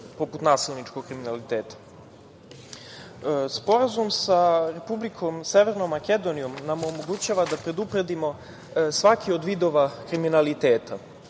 poput nasilničkog kriminaliteta. Sporazum sa Republikom Severnom Makedonijom nam omogućava da predupredimo svaki od vidova kriminaliteta.